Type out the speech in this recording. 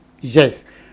yes